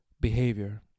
behavior